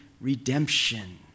redemption